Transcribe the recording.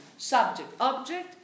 subject-object